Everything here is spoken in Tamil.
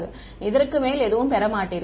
நீங்கள் இதற்கு மேல் எதுவும் பெற மாட்டீர்கள்